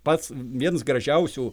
pats viens gražiausių